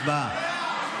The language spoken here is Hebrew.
הצבעה.